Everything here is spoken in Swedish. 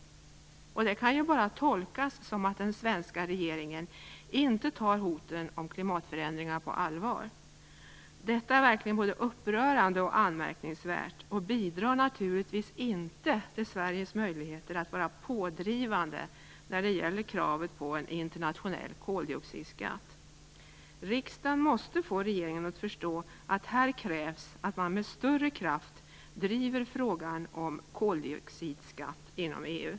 Det kan bara tolkas som att den svenska regeringen inte tar hoten om klimatförändringar på allvar. Detta är verkligen både upprörande och anmärkningsvärt och bidrar naturligtvis inte till Sveriges möjligheter att vara pådrivande när det gäller kravet på en internationell koldioxidskatt. Riksdagen måste få regeringen att förstå att det här krävs att man med större kraft driver frågan om koldioxidskatt inom EU.